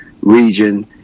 region